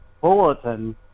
bulletin